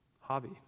hobby